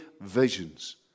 visions